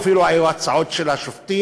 אפילו היו הצעות של השופטים,